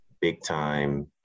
big-time